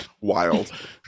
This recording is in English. wild